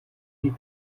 die